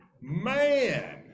Man